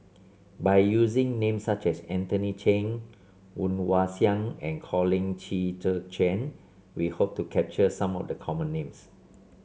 by using names such as Anthony Chen Woon Wah Siang and Colin Qi Zhe Quan we hope to capture some of the common names